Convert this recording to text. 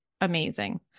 amazing